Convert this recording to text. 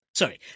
Sorry